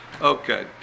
Okay